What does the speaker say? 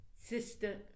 Sister